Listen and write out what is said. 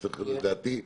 יש.